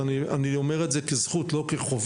ואני אומר את זה כזכות ולא כחובה.